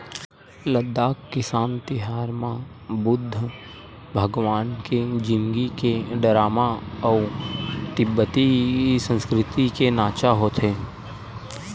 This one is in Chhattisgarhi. लद्दाख किसान तिहार म बुद्ध भगवान के जिनगी के डरामा अउ तिब्बती संस्कृति के नाचा होथे